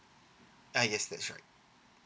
uh yes that's right